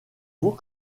vous